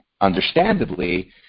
understandably